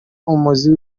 umuzi